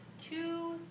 two